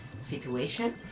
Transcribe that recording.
situation